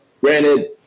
Granted